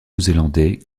zélandais